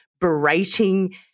berating